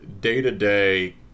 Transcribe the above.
day-to-day